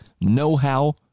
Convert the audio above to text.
know-how